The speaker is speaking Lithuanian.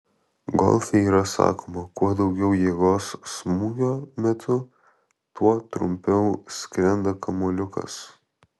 golfe yra sakoma kuo daugiau jėgos smūgio metu tuo trumpiau skrenda kamuoliukas